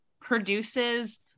produces